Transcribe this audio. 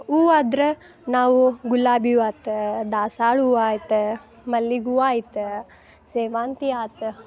ಹೂವಾದ್ರೆ ನಾವು ಗುಲಾಬಿ ಹೂ ಆತಾ ದಾಸ್ವಾಳ ಹೂವ ಆಯಿತಾ ಮಲ್ಲಿಗೆ ಹೂ ಆಯಿತಾ ಸೇವಂತಿ ಆತಾ